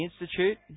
Institute